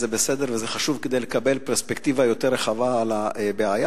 וזה בסדר וזה חשוב כדי לקבל פרספקטיבה יותר רחבה על הבעיה,